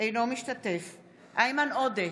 אינו משתתף בהצבעה איימן עודה,